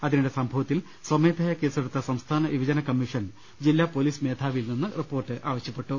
അതിനിടെ സംഭവത്തിൽ സ്വമേധയാ കേസെടുത്ത സംസ്ഥാന യുവജന കമ്മീഷൻ ജില്ലാ പോലീസ് മേധാവിയിൽ നിന്ന് റിപ്പോർട്ട് ആവശ്യപ്പെട്ടു